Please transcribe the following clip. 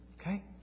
Okay